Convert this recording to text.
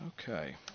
Okay